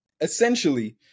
Essentially